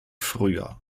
früher